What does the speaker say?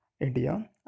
India